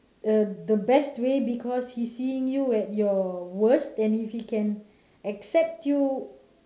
uh the best way because he's seeing you at your worst and if he can accept you